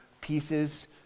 pieces